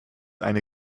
eine